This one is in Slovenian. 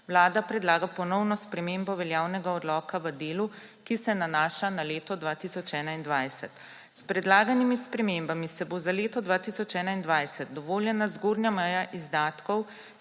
Vlada predlaga ponovno spremembo veljavnega odloka v delu, ki se nanaša na leto 2021. S predlaganimi spremembami se bo za leto 2021 dovoljena zgornja meja izdatkov